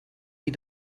die